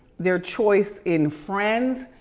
their choice in friends,